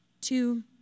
Two